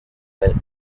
belknap